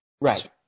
Right